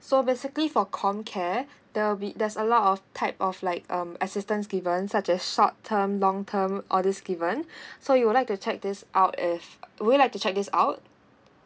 so basically for com care there'll be there's a lot of type of like um assistance given such as short term long term all this given so you would like to check this out if would you like to check this out